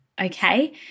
okay